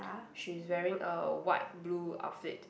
she's wearing a white blue outfit